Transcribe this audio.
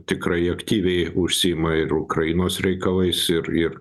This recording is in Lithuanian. tikrai aktyviai užsiima ir ukrainos reikalais ir ir